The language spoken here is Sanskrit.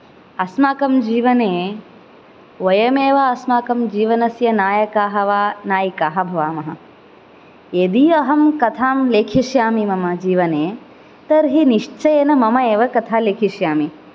अस्माकं जीवने वयमेव अस्माकं जीवनस्य नायकाः वा नायिकाः भवामः यदि अहं कथां लेखिष्यामि मम जीवने तर्हि निश्चयेन मम एव कथा लेखिष्यामि